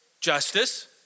Justice